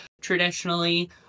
traditionally